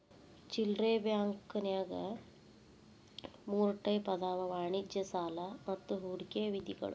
ಚಿಲ್ಲರೆ ಬಾಂಕಂನ್ಯಾಗ ಮೂರ್ ಟೈಪ್ ಅದಾವ ವಾಣಿಜ್ಯ ಸಾಲಾ ಮತ್ತ ಹೂಡಿಕೆ ನಿಧಿಗಳು